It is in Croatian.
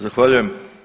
Zahvaljujem.